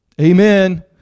Amen